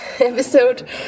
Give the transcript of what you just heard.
episode